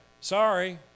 Sorry